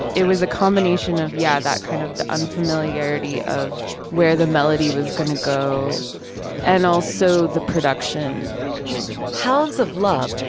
it was a combination of yeah. that kind of unfamiliarity of where the melody was going to go and also the production hounds of love.